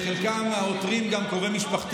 דרך אגב, חלק מהעותרים הם גם קרובי משפחתי.